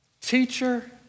Teacher